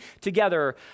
together